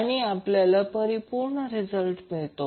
आणि आपल्याला परिपूर्ण रिजल्ट मिळतो